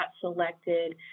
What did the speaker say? selected